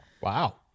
Wow